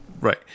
Right